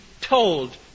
told